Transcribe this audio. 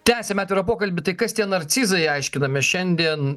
tęsiam atvirą pokalbį tai kas tie narcizai aiškinamės šiandien